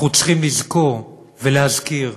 אנחנו צריכים לזכור ולהזכיר